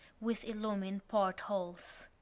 with illumined portholes.